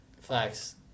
Flex